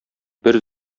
бер